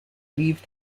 leave